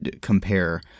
compare